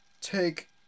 Take